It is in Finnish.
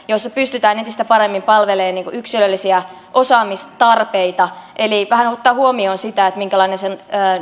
joissa pystytään entistä paremmin palvelemaan yksilöllisiä osaamistarpeita eli vähän ottamaan huomioon sitä minkälainen sen